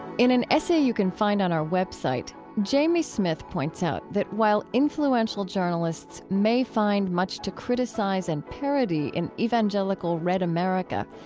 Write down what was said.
in an essay you can find on our web site, jamie smith points out that while influential journalists may find much to criticize and parody parody in evangelical red america,